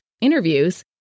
interviews